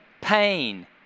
pain